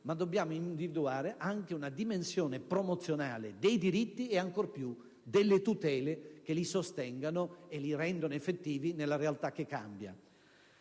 ma dobbiamo individuare anche una dimensione promozionale dei diritti e ancor più delle tutele che li sostengano e li rendano effettivi nella realtà che cambia».